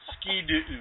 ski-doo